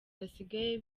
basigaye